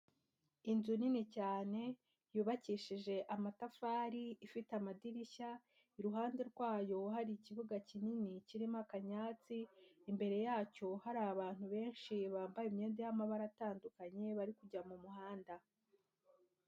Inzu nini cyane, yubakishije amatafari ifite amadirishya, iruhande rwayo hari ikibuga kinini kirimo akanyatsi, imbere yacyo hari abantu benshi bambaye imyenda y'amabara atandukanye, bari kujya mu muhanda.